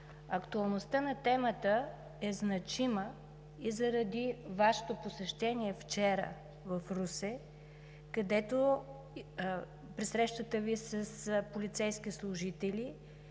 Актуалността на темата е значима и заради Вашето посещение вчера в Русе, където при срещата Ви с полицейски служители